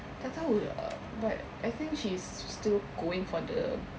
tak tahu err but I think she's still going for the